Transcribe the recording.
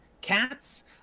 Cats